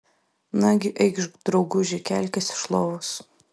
nagi eikš drauguži kelkis iš lovos